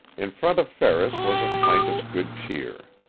in front of ferris was a pint of good cheer.